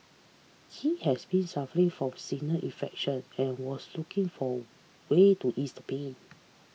he has been suffering from sinus infection and was looking for way to ease the pain